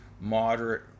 moderate